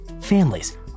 Families